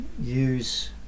use